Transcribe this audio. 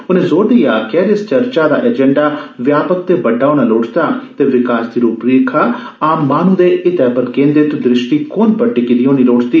उनें जोर देईए आक्खेआ जे इस चर्चा दा एजंडा व्यापक ते बड्डा होना लोड़चदा ते विकास दी रूपरेखा आम माहनू दे हिते पर केंद्रित दृष्टिकोण पर टिकी दी होनी लोड़चदी